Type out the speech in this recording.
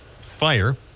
fire